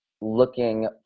looking